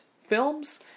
films